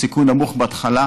עם סיכוי נמוך בהתחלה,